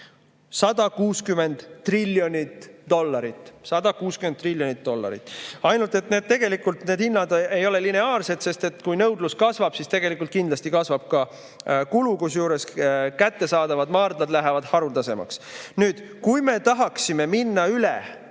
160 triljonit dollarit. 160 triljonit dollarit! Ainult et tegelikult need hinnad ei ole lineaarsed, sest kui nõudlus kasvab, siis kindlasti kasvab ka kulu, kusjuures kättesaadavad maardlad lähevad haruldasemaks. Nüüd, kui me tahaksime minna üle